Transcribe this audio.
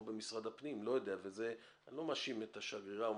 או במשרד הפנים ואני לא מאשים את השגרירה,